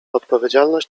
odpowiedzialność